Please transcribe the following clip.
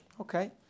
Okay